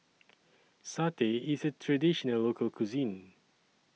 Satay IS A Traditional Local Cuisine